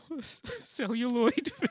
Celluloid